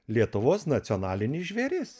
lietuvos nacionalinis žvėris